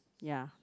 ya